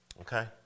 Okay